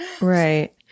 right